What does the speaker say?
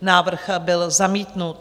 Návrh byl zamítnut.